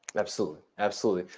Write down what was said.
absolutely, absolutely.